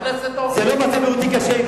אין לה מצב בריאותי קשה.